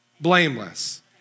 blameless